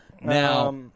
Now